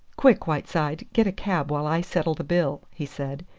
quick, whiteside! get a cab while i settle the bill, he said.